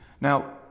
Now